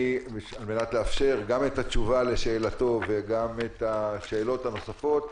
על מנת לאפשר גם את התשובה לשאלתו וגם את השאלות הנוספות,